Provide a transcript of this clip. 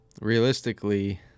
realistically